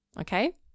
Okay